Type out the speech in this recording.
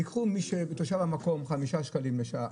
ייקחו מי שתושב המקום חמישה שקלים לשעה,